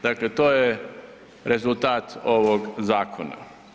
Dakle, to je rezultat ovog zakona.